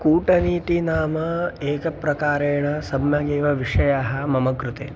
कूटनीतिः नाम एकप्रकारेण सम्यगेव विषयः मम कृते